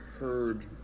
heard